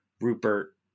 Rupert